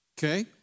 Okay